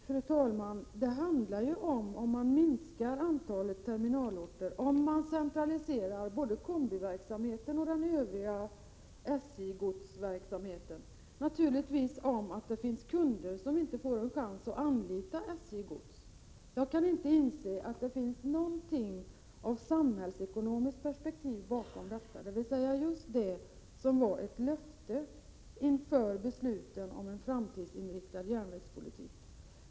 Fru talman! Om man minskar antalet terminalorter och om man centraliserar både kombiverksamheten och den övriga SJ-godsverksamheten, så finns det naturligtvis kunder som inte får en chans att anlita SJ Gods. Jag kan inte inse att det ligger någonting av ett samhällsekonomiskt perspektiv bakom detta — dvs. just det som var ett löfte inför besluten om en framtidsinriktad järnvägspolitik.